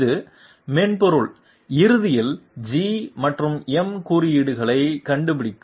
இது மென்பொருள் இறுதியில் G மற்றும் M குறியீடுகளைக் கண்டுபிடிக்கும்